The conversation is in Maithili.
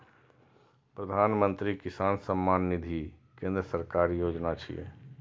प्रधानमंत्री किसान सम्मान निधि केंद्र सरकारक योजना छियै